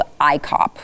ICOP